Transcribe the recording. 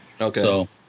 Okay